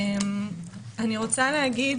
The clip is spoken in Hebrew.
אני רוצה להגיד